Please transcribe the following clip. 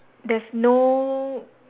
there's no